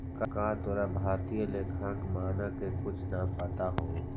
का तोरा भारतीय लेखांकन मानक के कुछ नाम पता हो?